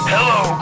Hello